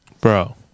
Bro